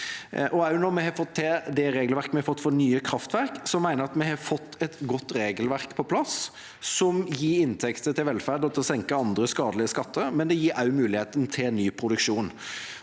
når vi har fått til det regelverket vi har fått for nye kraftverk, mener jeg at vi har fått et godt regelverk på plass, som gir inntekter til velferd og til å senke andre skadelige skatter, og som også gir mulighet for ny produksjon.